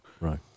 Right